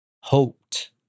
hoped